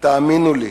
תאמינו לי,